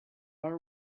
our